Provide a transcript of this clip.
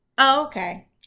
Okay